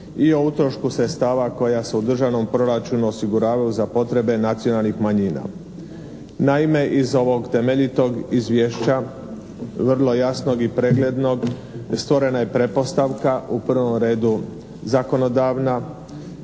i o utrošku sredstava koja su u državnom proračunu osiguravaju za potrebe nacionalnih manjina. Naime, iz ovog temeljitog izvješća vrlo jasnog i preglednog stvorena je pretpostavka u prvom redu zakonodavna,